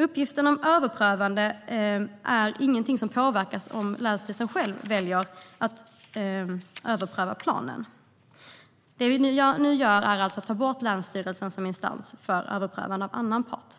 Uppgiften om överprövande är ingenting som påverkas om länsstyrelsen själv väljer att överpröva planen. Det vi nu gör är att ta bort länsstyrelsen som instans för överprövande av annan part.